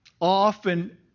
often